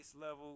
level